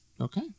Okay